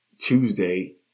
Tuesday